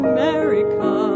America